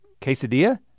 Quesadilla